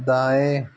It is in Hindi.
दाएँ